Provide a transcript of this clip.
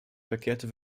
verkehrte